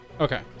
Okay